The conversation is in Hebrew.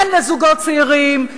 אין לזוגות צעירים,